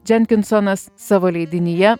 dženkinsonas savo leidinyje